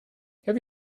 have